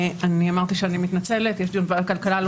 אני אפתח בהתנצלות שאצטרך לצאת כי יש את ועדת כלכלה על